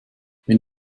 wenn